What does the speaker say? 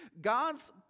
God's